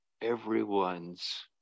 everyone's